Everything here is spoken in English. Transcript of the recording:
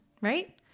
right